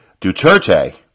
Duterte